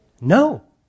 No